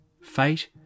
Fate